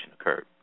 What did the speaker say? occurred